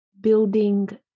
building